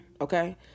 okay